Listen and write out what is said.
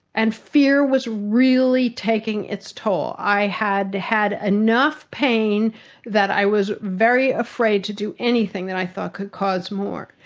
and fear was really taking its toll. i had had enough pain that i was very afraid to do anything that i thought could cause more.